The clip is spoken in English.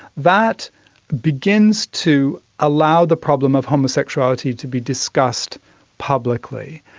that begins to allow the problem of homosexuality to be discussed publicly.